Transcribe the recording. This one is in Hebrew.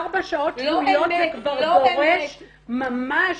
ארבע שעות שבועיות זה כבר דורש ממש